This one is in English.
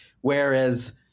Whereas